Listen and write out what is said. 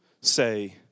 say